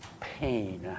pain